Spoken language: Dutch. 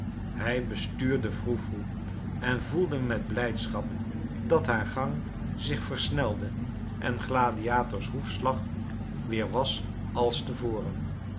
hij bestuurde froe froe en voelde met blijdschap dat haar gang zich versnelde en gladiators hoefslag weer was als te voren